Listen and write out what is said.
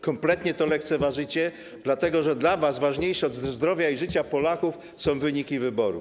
Kompletnie to lekceważycie, dlatego że dla was ważniejsze od zdrowia i życia Polaków są wyniki wyborów.